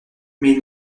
mais